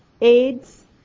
AIDS